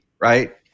right